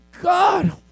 God